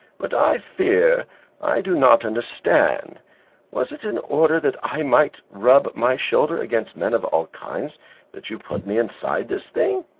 but i fear i do not understand was it in order that i might rub my shoulder against men of all kinds that you put me inside this thing?